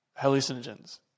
hallucinogens